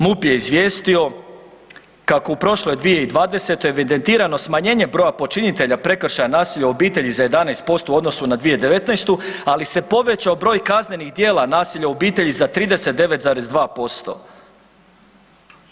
MUP je izvijestio kako u prošloj 2020. evidentirano smanjenje broja počinitelja prekršaja nasilja u obitelji za 11% u odnosu na 2019., ali se povećao broj kaznenih djela nasilja u obitelji za 39,2%